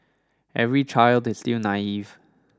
every child is still naive